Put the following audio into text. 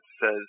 says